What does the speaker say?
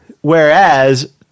whereas